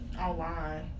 online